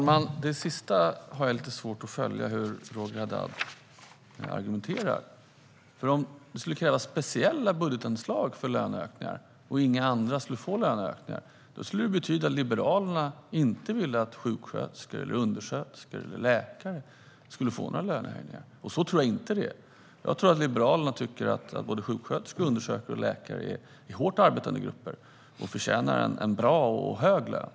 Herr talman! Jag har svårt att följa med i Roger Haddads avslutande argumentation. Om det skulle krävas speciella budgetanslag för löneökningar och inga andra skulle få några löneökningar, då skulle det betyda att Liberalerna inte ville att sjuksköterskor, undersköterskor eller läkare skulle få några lönehöjningar. Så tror jag inte att det är. Jag tror att Liberalerna tycker att detta är hårt arbetande grupper som förtjänar en bra och hög lön.